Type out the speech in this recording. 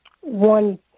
one